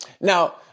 Now